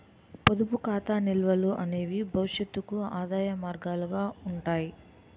పొదుపు ఖాతా నిల్వలు అనేవి భవిష్యత్తుకు ఆదాయ మార్గాలుగా ఉంటాయి